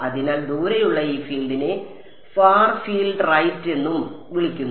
അതിനാൽ ദൂരെയുള്ള ഈ ഫീൽഡിനെ ഫാർ ഫീൽഡ് റൈറ്റ് എന്നും വിളിക്കുന്നു